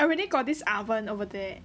I already got this oven over there